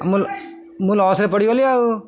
ମୁଁ ମୁଁ ଲସ୍ରେ ପଡ଼ିଗଲି ଆଉ